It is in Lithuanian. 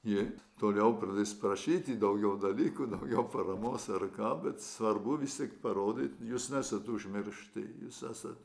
jie toliau pradės prašyti daugiau dalykų daugiau paramos ar ką bet svarbu visi parodai jūs nesat užmiršti jūs esat